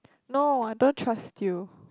no I don't trust you